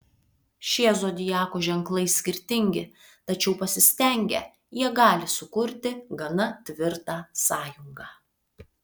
šie zodiako ženklai skirtingi tačiau pasistengę jie gali sukurti gana tvirtą sąjungą